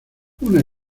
una